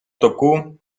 току